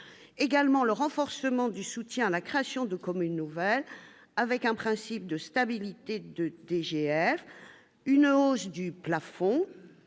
également le renforcement du soutien à la création de communes nouvelles avec un principe de stabilité de DGF une hausse du plafond